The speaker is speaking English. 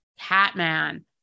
Catman